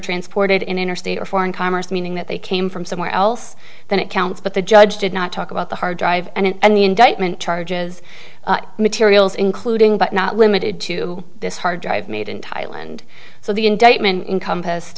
transported in interstate or foreign commerce meaning that they came from somewhere else then it counts but the judge did not talk about the hard drive and the indictment charges materials including but not limited to this hard drive made in thailand so the indictment encompassed